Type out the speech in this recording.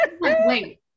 Wait